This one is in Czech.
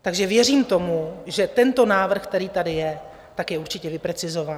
Takže věřím tomu, že tento návrh, který tady je, je určitě vyprecizován.